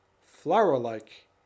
flower-like